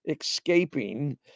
escaping